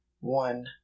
One